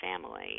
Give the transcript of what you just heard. family